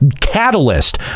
catalyst